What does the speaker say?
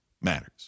matters